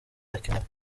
arakenewe